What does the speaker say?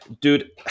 dude